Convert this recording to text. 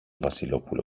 βασιλόπουλο